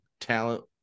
talent